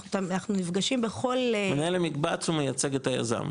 אנחנו נפגשים בכל --- מנהל המקבץ הוא מייצג את היזם,